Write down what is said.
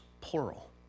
plural